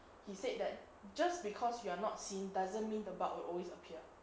he said that just because you are not seen doesn't mean the bug will always appear